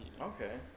okay